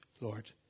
Lord